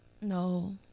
No